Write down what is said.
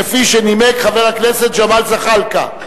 כפי שנימק חבר הכנסת ג'מאל זחאלקה.